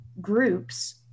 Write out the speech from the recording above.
groups